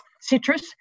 citrus